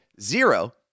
Zero